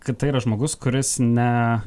kad tai yra žmogus kuris ne